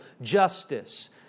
justice